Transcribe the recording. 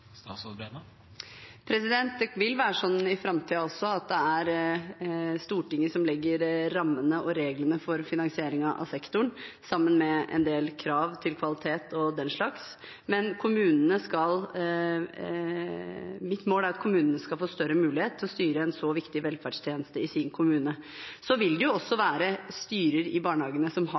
i framtiden vil det være Stortinget som legger rammene og reglene for finansieringen av sektoren sammen med en del krav til kvalitet og den slags. Men mitt mål er at kommunene skal få større mulighet til å styre en så viktig velferdstjeneste i sin kommune. Det vil også være en styrer i barnehagene som har